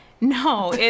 no